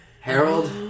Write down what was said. Harold